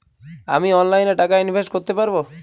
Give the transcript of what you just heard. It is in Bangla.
আমি অনলাইনে টাকা ইনভেস্ট করতে পারবো?